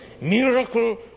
Miracle